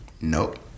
nope